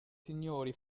signori